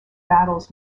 battles